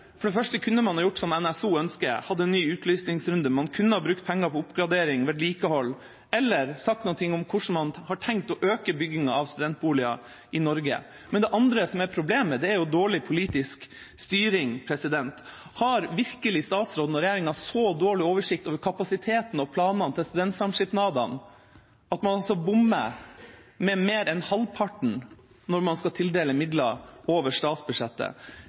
For det første kunne man ha gjort som NSO ønsker, og hatt en ny utlysningsrunde. Man kunne ha brukt penger på oppgradering, vedlikehold eller sagt noe om hvordan man har tenkt å øke byggingen av studentboliger i Norge. Det andre som er problemet, er dårlig politisk styring. Har virkelig statsråden og regjeringa så dårlig oversikt over kapasiteten og planene til studentsamskipnadene at man bommer med mer enn halvparten når man skal tildele midler over statsbudsjettet?